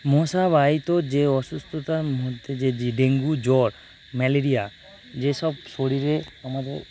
মশাবাহিত যে অসুস্থতা মধ্যে যে যে ডেঙ্গু জ্বর ম্যালেরিয়া যেসব শরীরে আমাদের